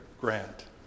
grant